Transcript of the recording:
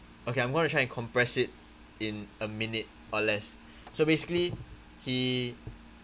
okay I'm going to try and compress it in a minute or less so basically he